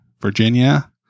Virginia